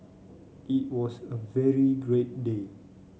it was a very great day